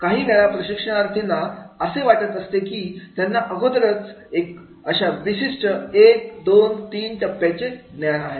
काहीवेळा प्रशिक्षणार्थींना असे वाटत असते की त्यांना अगोदरच अशा विशिष्ट एक दोन आणि तीन टप्प्यांचे ज्ञान आहे